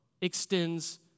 extends